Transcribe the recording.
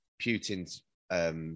Putin's